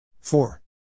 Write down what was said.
Four